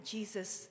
Jesus